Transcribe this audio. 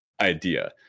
idea